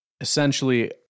essentially